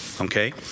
Okay